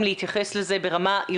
אנחנו גם חייבים להתייחס לזה ברמה עירונית